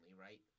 right